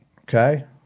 Okay